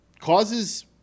causes